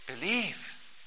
Believe